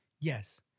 yes